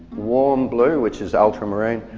warm blue which is ultramarine,